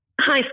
Hi